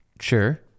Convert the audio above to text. Sure